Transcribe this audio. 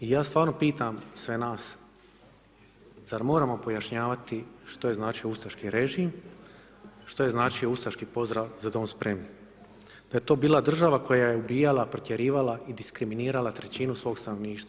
I ja stvarno pitam sve nas, zar moramo pojašnjavati što je značio ustaški režim, što je značio ustaški pozdrav „Za dom spremni“, da je to bila država koja je ubijala, protjerivala i diskriminirala trećinu svog stanovništva.